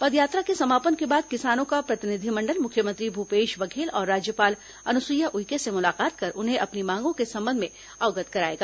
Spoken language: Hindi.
पदयात्रा के समापन के बाद किसानों का प्रतिनिधिमंडल मुख्यमंत्री भूपेश बघेल और राज्यपाल अनुसुईया उइके से मुलाकात कर उन्हें अपनी मांगों के संबंध में अवगत कराएगा